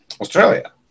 Australia